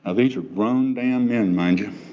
ah these are grown damn men, mind you,